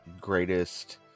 greatest